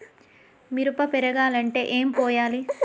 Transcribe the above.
మిరప పెరగాలంటే ఏం పోయాలి?